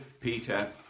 Peter